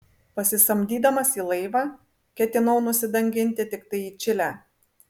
pasisamdydamas į laivą ketinau nusidanginti tiktai į čilę